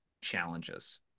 challenges